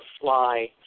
fly